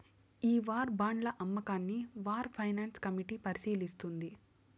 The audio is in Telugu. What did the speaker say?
ఈ వార్ బాండ్ల అమ్మకాన్ని వార్ ఫైనాన్స్ కమిటీ పరిశీలిస్తుంది